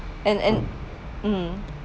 and and mm